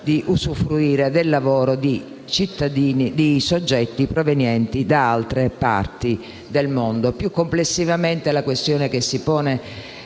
grazie.